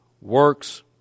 works